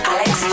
Alex